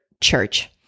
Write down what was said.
church